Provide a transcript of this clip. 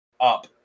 up